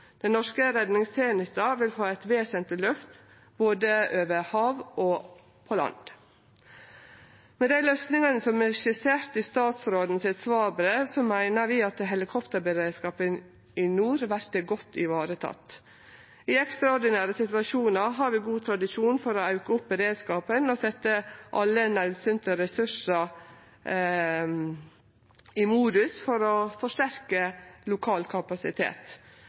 Den norske redningstenesta vil få eit vesentleg løft både over hav og på land. Med dei løysingane som er skisserte i statsrådens svarbrev, meiner vi at helikopterberedskapen i nord vert godt vareteken. I ekstraordinære situasjonar har vi god tradisjon for å auke beredskapen og setje alle naudsynte ressursar i modus for å forsterke lokal kapasitet.